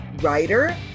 Writer